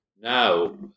now